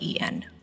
en